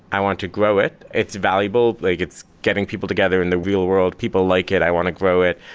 i want to grow it. it's valuable. like it's getting people together in the real world. people like it. i want to grow it.